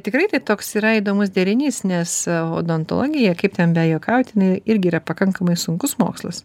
tikrai tai toks yra įdomus derinys nes odontologija kaip ten bejuokaut jinai irgi yra pakankamai sunkus mokslas